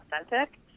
authentic